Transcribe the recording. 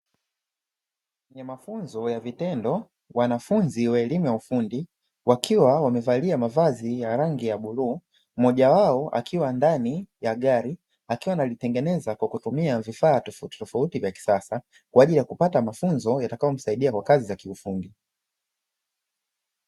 Kwenye mafunzo ya vitendo, wanafunzi wa elimu ya ufundi, wakiwa wamevalia mavazi ya rangi ya bluu, mmoja wao akiwa ndani ya gari, akiwa analitengeneza kwa kutumia vifaa tofautitofauti vya kisasa, kwa ajili ya kupata mafunzo yatakayomsaidia kwa kazi za kiufundi.